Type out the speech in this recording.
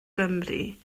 gymru